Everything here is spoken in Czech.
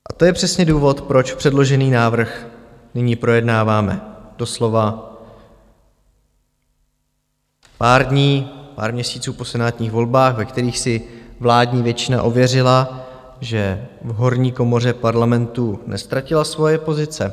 A to je přesně důvod, proč předložený návrh nyní projednáváme doslova pár dní, pár měsíců po senátních volbách, ve kterých si vládní většina ověřila, že v horní komoře Parlamentu neztratila svoje pozice.